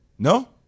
No